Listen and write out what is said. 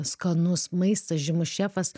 skanus maistas žymus šefas